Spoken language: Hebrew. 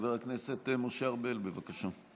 חבר הכנסת משה ארבל, בבקשה.